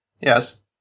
Yes